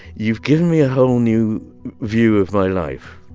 you've given me a whole new view of my life.